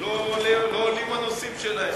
שלא עולים הנושאים שלהם.